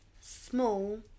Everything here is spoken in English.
Small